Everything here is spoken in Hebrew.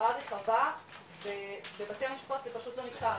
התופעה רחבה ובתי המפשט זה פשוט לא נחקר,